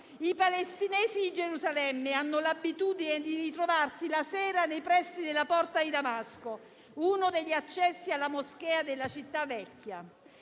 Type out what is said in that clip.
i palestinesi di Gerusalemme hanno l'abitudine di ritrovarsi la sera nei pressi della porta di Damasco, uno degli accessi alla moschea della città vecchia,